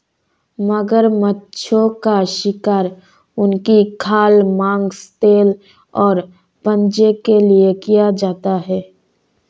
मगरमच्छों का शिकार उनकी खाल, मांस, तेल और पंजों के लिए किया जाता है